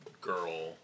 girl